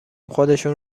خودشونو